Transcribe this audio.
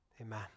Amen